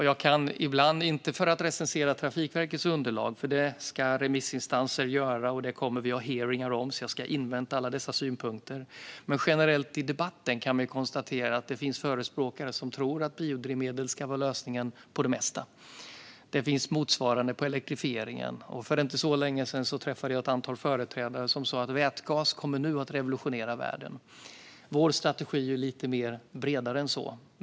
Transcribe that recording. Jag ska inte recensera Trafikverkets underlag, för det ska remissinstanser göra och vi kommer att ha hearingar om det. Jag ska invänta alla dessa synpunkter. Men i debatten kan jag generellt konstatera att det finns förespråkare som tror att biodrivmedel kommer att vara lösningen på det mesta. Motsvarande finns för elektrifiering. Och för inte så länge sedan träffade jag ett antal företrädare som sa att vätgas nu kommer att revolutionera världen. Vår strategi är lite bredare än så.